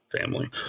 family